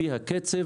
לפי הקצב,